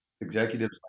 executives